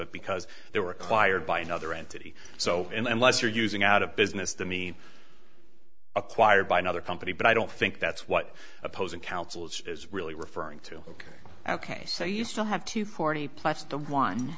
that because they were acquired by another entity so unless you're using out of business the me acquired by another company but i don't think that's what opposing counsel is really referring to ok ok so you still have to forty plus the one